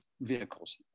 vehicles